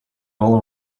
will